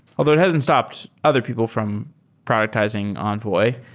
although it hasn't stopped other people from productizing envoy,